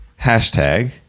hashtag